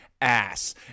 ass